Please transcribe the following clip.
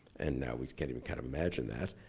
and now we can't even kind of imagine that.